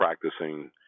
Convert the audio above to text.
practicing